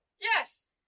Yes